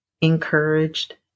encouraged